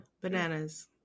Bananas